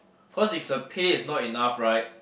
cause if the pay is not enough right